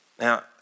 Now